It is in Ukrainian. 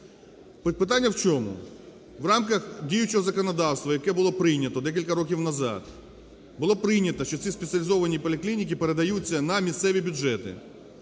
Питання в чому. В рамках діючого законодавства, яке було прийнято декілька років назад, було прийнято, що ці спеціалізовані поліклініки передаються на місцеві бюджети.